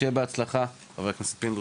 שיהיה בהצלחה, חבר הכנסת פינדרוס.